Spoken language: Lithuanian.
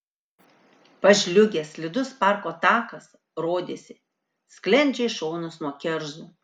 pažliugęs slidus parko takas rodėsi sklendžia į šonus nuo kerzų